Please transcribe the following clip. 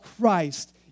Christ